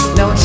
no